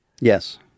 Yes